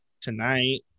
tonight